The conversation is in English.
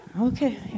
Okay